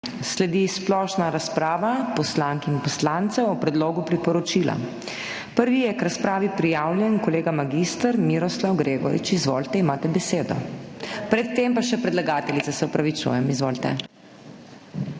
Sledi splošna razprava poslank in poslancev o predlogu priporočila. Prvi je k razpravi prijavljen kolega mag. Miroslav Gregorič. Izvolite, imate besedo. Pred tem pa še predlagateljica, se opravičujem, izvolite.